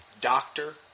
doctor